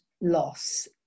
loss